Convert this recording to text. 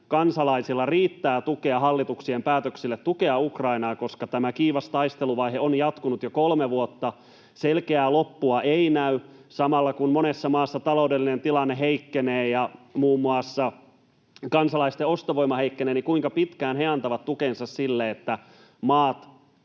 kansalaisilla riittää tukea hallituksen päätöksille tukea Ukrainaa? Tämä kiivas taisteluvaihe on jatkunut jo kolme vuotta. Selkeää loppua ei näy. Samalla kun monessa maassa taloudellinen tilanne heikkenee ja muun muassa kansalaisten ostovoima heikkenee, niin kuinka pitkään he antavat tukensa sille, että maat